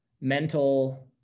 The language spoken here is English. mental